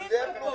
הדמוקרטי.